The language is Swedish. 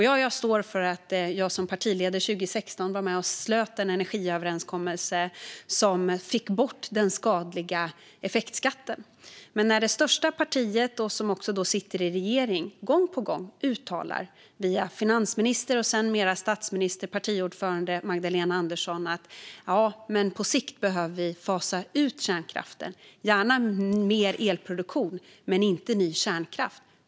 Jag står för att jag som partiledare 2016 var med och slöt den energiöverenskommelse som fick bort den skadliga effektskatten. Men det största partiet, som också satt i regeringen, uttalade gång på gång via sin finansminister och sedermera statsminister och partiordförande Magdalena Andersson att vi på sikt behöver fasa ut kärnkraften och att vi gärna ska ha mer elproduktion men inte ny kärnkraft.